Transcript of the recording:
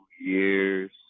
years